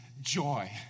joy